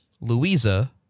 Louisa